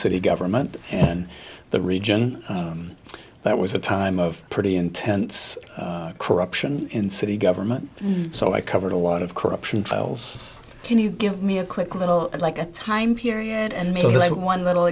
city government and the region that was a time of pretty intense corruption in city government so i covered a lot of corruption trials can you give me a quick little like a time period and so there's one little